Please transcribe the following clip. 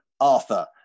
Arthur